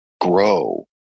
grow